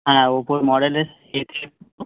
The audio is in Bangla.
হ্যাঁ ওপোর মডেলের সেটের উপর